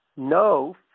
No